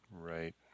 Right